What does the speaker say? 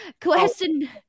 Question